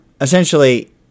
Essentially